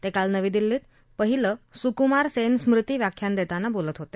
ते काल नवी दिल्लीत पहिलं सुकुमार सेन स्मृती व्याख्यान देताना बोलत होते